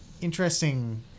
interesting